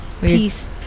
Peace